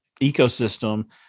ecosystem